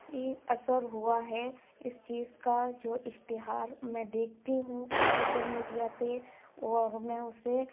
ای اثر ہوا ہے اس چیز کا جو اشتہار میں دیکھتی ہوں سوشل میڈیا پہ وہ اور میں اسے